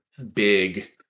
big